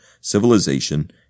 civilization